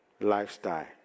lifestyle